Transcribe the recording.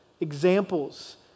examples